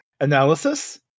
Analysis